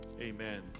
Amen